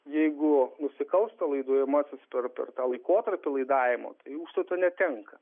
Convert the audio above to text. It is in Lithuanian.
jeigu nusikalsta laidojamasis per tą laikotarpį laidavimo užstato netenka